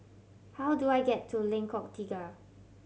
how do I get to Lengkok Tiga